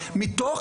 מתוך,